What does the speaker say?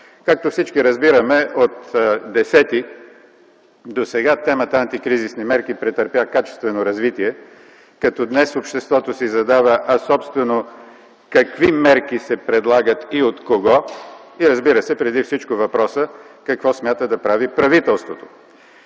Както всички разбираме, от 10 март досега темата „антикризисни мерки” претърпя качествено развитие, като днес обществото си задава въпроса: Какви мерки се предлагат и от кого, и преди всичко - какво смята да прави правителството?